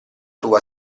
tua